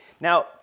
Now